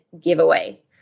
giveaway